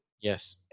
Yes